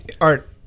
Art